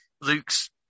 Luke's